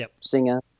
singer